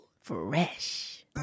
Fresh